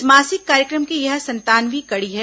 इस मासिक कार्यक्रम की यह संतावनवीं कड़ी है